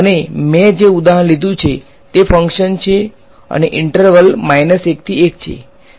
અને મેં જે ઉદાહરણ લીધું છે તે ફંક્શન છે અને ઈંટર્વલ છે 1 થી 1